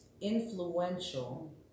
influential